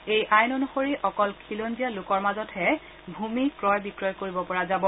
এই আইন অনুসৰি অকল খিলঞ্জীয়া লোকৰ মাজতহে ভূমি ক্ৰয় বিক্ৰয় কৰিব পৰা যাব